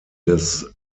des